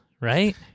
right